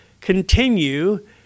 continue